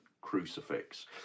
crucifix